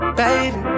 Baby